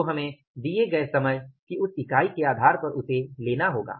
तो हमें दिए गए समय की उस इकाई के आधार पर उसे लेना होगा